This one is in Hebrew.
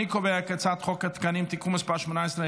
אני קובע כי הצעת חוק התקנים (תיקון מס' 18),